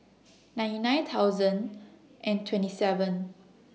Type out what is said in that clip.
ninety nine thousand and twenty seven